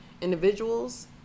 individuals